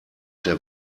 der